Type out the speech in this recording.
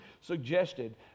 suggested